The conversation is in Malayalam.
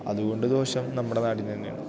അതുകൊണ്ടു ദോഷം നമ്മടെ നാടിനു തന്നെയാണ്